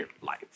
life